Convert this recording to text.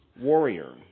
warrior